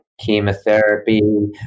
chemotherapy